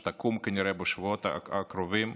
שתקום כנראה בשבועות הקרובים,